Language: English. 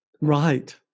right